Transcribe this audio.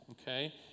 Okay